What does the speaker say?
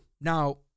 Now